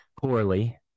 poorly